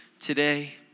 today